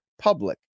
public